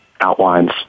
outlines